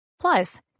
Plus